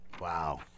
Wow